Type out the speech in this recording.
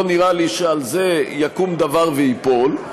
לא נראה לי שעל זה יקום דבר וייפול.